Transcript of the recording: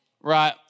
Right